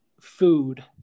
food